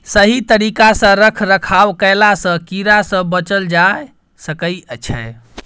सही तरिका सँ रख रखाव कएला सँ कीड़ा सँ बचल जाए सकई छै